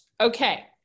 Okay